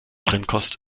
trennkost